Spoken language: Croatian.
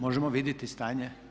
Možemo vidjeti stanje?